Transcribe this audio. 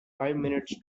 minutes